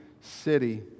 city